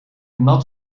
nat